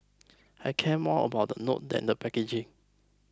I care more about the note than the packaging